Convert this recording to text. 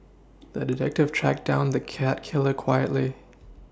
the detective tracked down the cat killer quietly